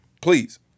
please